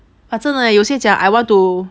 but 真的有些讲 I want to